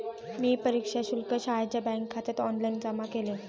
मी परीक्षा शुल्क शाळेच्या बँकखात्यात ऑनलाइन जमा केले